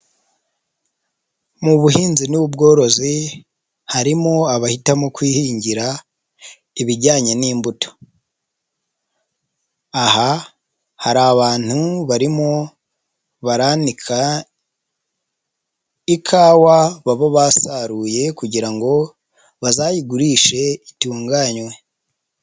Mu buhinzi n'ubworozi harimo abahitamo kwihingira ibijyanye n'imbuto, aha hari abantu barimo baranka ikawa baba basaruye kugira ngo bazayigurishe itunganywe.